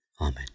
Amen